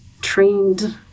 trained